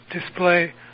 display